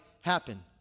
happen